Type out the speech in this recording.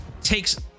takes